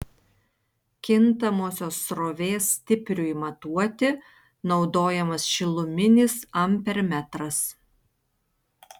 kintamosios srovės stipriui matuoti naudojamas šiluminis ampermetras